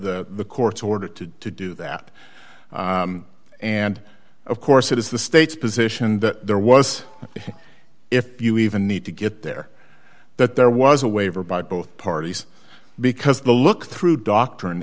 of the court's order to do that and of course it is the state's position that there was if you even need to get there that there was a waiver by both parties because the look through doctrine